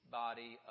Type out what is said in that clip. body